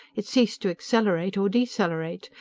it ceased to accelerate or decelerate.